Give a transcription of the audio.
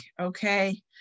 okay